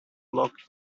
locked